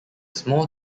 small